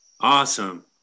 Awesome